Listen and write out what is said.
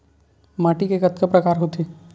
माटी के कतका प्रकार होथे?